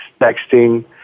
texting